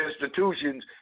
institutions